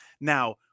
now